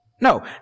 No